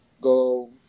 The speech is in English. go